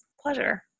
pleasure